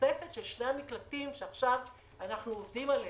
התוספת של שני המקלטים שעכשיו אנחנו עובדים עליהם,